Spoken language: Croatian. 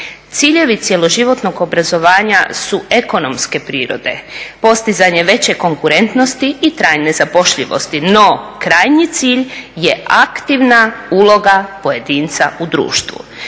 Ciljevi cjeloživotnog obrazovanja su ekonomske prirode, postizanje veće konkurentnosti i trajne zapošljivosti. No, krajnji cilj je aktivna uloga pojedinca u društvu.